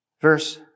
Verse